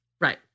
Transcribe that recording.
Right